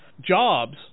jobs